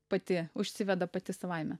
pati užsiveda pati savaime